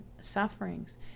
sufferings